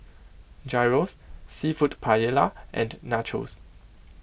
Gyros Seafood Paella and Nachos